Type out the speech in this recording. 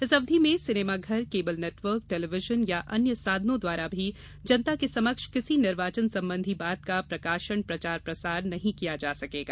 इस अवधि में सिनेमा घर केबल नेटवर्क टेलीविजन या अन्य साधनों द्वारा भी जनता के समक्ष किसी निर्वाचन संबंधी बात का प्रकाशन प्रचार प्रसार नहीं किया जा सकेगा